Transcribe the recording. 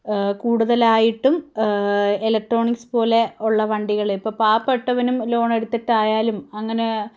കൂടുതലായിട്ടും ഇലക്ട്രോണിക്സ് പോലെ ഉള്ള വണ്ടികൾ ഇപ്പം പാവപ്പെട്ടവനും ലോൺ എടുത്തിട്ടായാലും അങ്ങനെ